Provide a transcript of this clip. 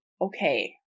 okay